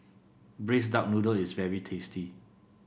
Braised Duck Noodle is very tasty